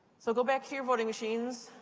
so go back to your voting machines.